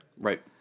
Right